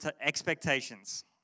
expectations